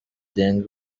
deng